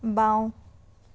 বাওঁ